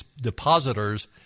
depositors